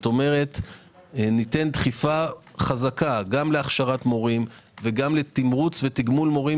כלומר ניתן דחיפה חזקה גם להכשרת מורים וגם לתמרוץ ותגמול מורים